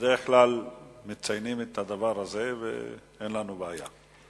בדרך כלל מציינים את הדבר הזה, ואין לנו בעיה.